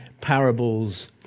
parables